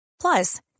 Plus